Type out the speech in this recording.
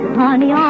honey